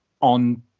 on